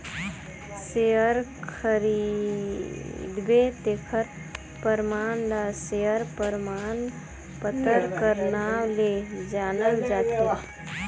share खरीदबे तेखर परमान ल सेयर परमान पतर कर नांव ले जानल जाथे